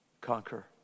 conquer